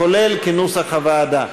9, כולל, כנוסח הוועדה.